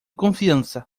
confiança